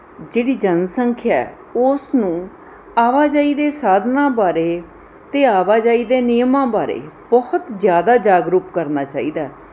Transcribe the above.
ਜਿਹੜੀ ਜਨਸੰਖਿਆ ਹੈ ਉਸ ਨੂੰ ਆਵਾਜਾਈ ਦੇ ਸਾਧਨਾਂ ਬਾਰੇ ਅਤੇ ਆਵਾਜਾਈ ਦੇ ਨਿਯਮਾਂ ਬਾਰੇ ਬਹੁਤ ਜ਼ਿਆਦਾ ਜਾਗਰੂਕ ਕਰਨਾ ਚਾਹੀਦਾ